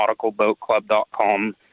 nauticalboatclub.com